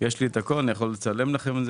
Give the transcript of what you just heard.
אני לא יכול לפרט יותר.